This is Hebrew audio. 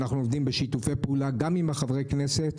אנחנו עובדים בשיתוף פעולה גם עם חברי הכנסת,